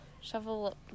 Shovel